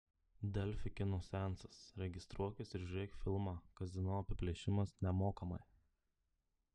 delfi kino seansas registruokis ir žiūrėk filmą kazino apiplėšimas nemokamai